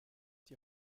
die